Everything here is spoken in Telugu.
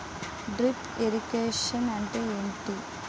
డ్రిప్ ఇరిగేషన్ అంటే ఏమిటి?